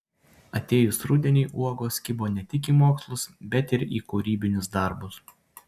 atėjus rudeniui uogos kibo ne tik į mokslus bet ir į kūrybinius darbus